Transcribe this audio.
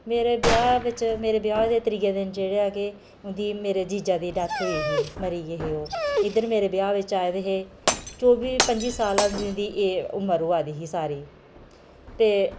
मेरे ब्याह् बिच्च मेरे ब्याह् होए दे त्रिये दिन जेह्ड़ा के मेरे जीजे दी डैथ होई गेई ही मरी गे हे ओह् इद्धर मेरे ब्याह् बिच्च आए दे हे चौबी पंजी साल दी उं'दी उमर होआ दी ही सारी ते